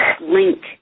link